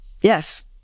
yes